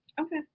Okay